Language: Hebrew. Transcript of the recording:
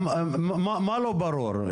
מה לא ברור?